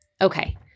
Okay